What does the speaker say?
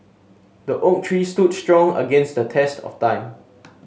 the oak tree stood strong against the test of time